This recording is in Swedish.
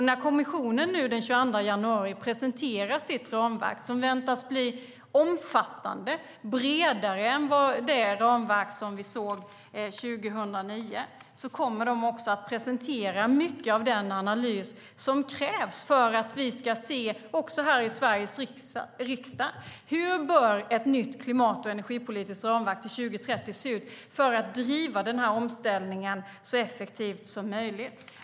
När kommissionen den 22 januari presenterar sitt ramverk som väntas bli omfattande och bredare än det ramverk som vi såg 2009 presenterar de också mycket av den analys som krävs för att också vi här i Sveriges riksdag ska se hur ett nytt klimat och energipolitiskt ramverk till 2030 kommer att se ut för att driva denna omställning så effektivt som möjligt.